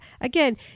again